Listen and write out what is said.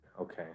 Okay